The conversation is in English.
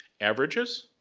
averages,